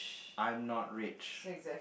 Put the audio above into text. I am not rich